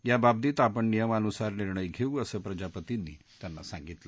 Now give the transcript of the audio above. याबाबतीत आपण नियमानुसार निर्णय घेऊ असं प्रजापतींनी त्यांना सांगितलं